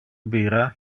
bira